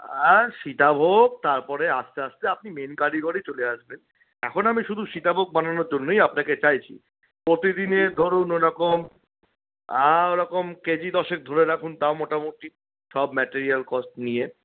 সীতাভোগ তারপর আস্তে আস্তে আপনি মেন কারিগরে চলে আসবেন এখান আমি শুধু সীতাভোগ বানানোর জন্যই আপনাকে চাইছি প্রতিদিনের ধরুন ওরকম ওরকম কেজি দশেক ধরে রাখুন তাও মোটামুটি সব মেটেরিয়াল কস্ট নিয়ে